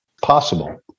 possible